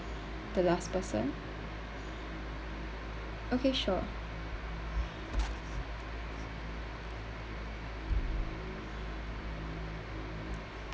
the last person okay sure